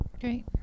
great